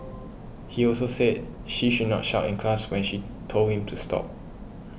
he also said she should not shout in class when she told him to stop